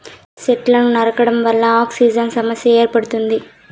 సెట్లను నరకడం వల్ల ఆక్సిజన్ సమస్య ఏర్పడుతుంది